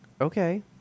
Okay